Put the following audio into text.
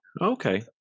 Okay